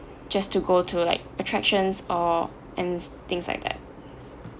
just to go to like attractions or and things like that